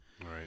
Right